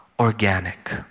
organic